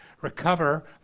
recover